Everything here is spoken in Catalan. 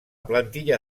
plantilla